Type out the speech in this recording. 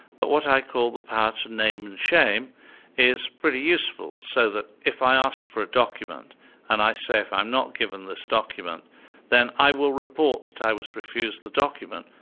but what i call the power to name and shame is pretty useful, so that if i asked for a document and i say if i'm not given this document then i will report that i was refused the document.